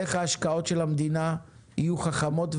כיצד ההשקעות של המדינה יהיו חכמות,